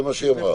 זה מה שהיא אמרה.